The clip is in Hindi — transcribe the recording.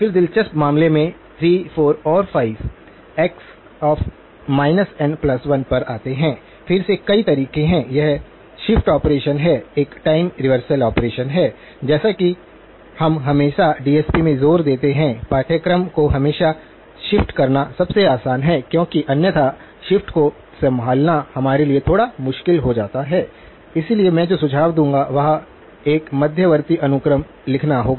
फिर दिलचस्प मामले 3 4 और 5 x n 1 पर आते हैं फिर से कई तरीके हैं यह शिफ्ट ऑपरेशन है एक टाइम रिवर्सल ऑपरेशन है जैसा कि हम हमेशा डीएसपी में जोर देते हैं पाठ्यक्रम को हमेशा शिफ्ट करना सबसे आसान है क्योंकि अन्यथा शिफ्ट को संभालना हमारे लिए थोड़ा मुश्किल हो जाता है इसलिए मैं जो सुझाव दूंगा वह एक मध्यवर्ती अनुक्रम लिखना होगा